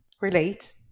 relate